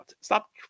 Stop